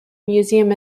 museum